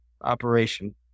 operation